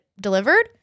delivered